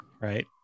right